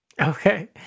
Okay